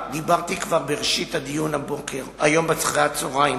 דיברתי עליהם כבר בראשית הדיון היום אחרי הצהריים,